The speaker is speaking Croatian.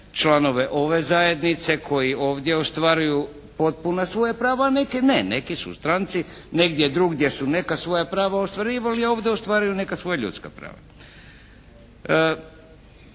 članove ove zajednice koji ovdje ostvaruju potpuna svoja prava, a neke ne. Neki su stranci, negdje drugdje su neka svoja prava ostvarivali, a ovdje ostvaruju neka svoja ljudska prava.